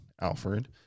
Alfred